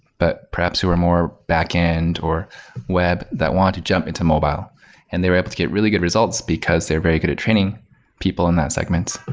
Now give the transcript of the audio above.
but perhaps who are more backend or web that want to jump into mobile and they were able to get really good results because they're very good at training people in that segment.